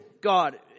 God